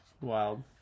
Wild